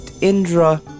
Indra